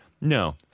no